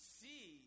see